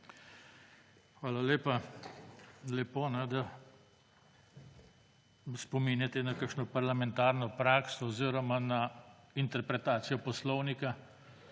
Lepo, no, da me spominjate na kakšno parlamentarno prakso oziroma na interpretacijo poslovnika.